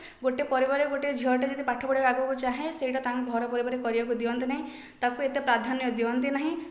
ଗୋଟେ ପରିବାରରେ ଗୋଟିଏ ଝିଅଟିଏ ଯଦି ପାଠ ପଢ଼ିବାକୁ ଆଗକୁ ଚାହେଁ ସେଇଟା ତାଙ୍କ ଘରେ ପରିବାରରେ କରିବାକୁ ଦିଅନ୍ତି ନାହିଁ ତାକୁ ଏତେ ପ୍ରାଧାନ୍ୟ ଦିଅନ୍ତି ନାହିଁ ତାକୁ